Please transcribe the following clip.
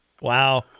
Wow